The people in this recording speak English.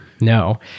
No